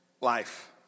life